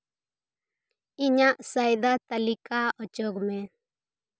ᱤᱧᱟᱹᱜ ᱥᱚᱭᱫᱟ ᱛᱟᱹᱞᱤᱠᱟ ᱚᱪᱚᱜᱽ ᱢᱮ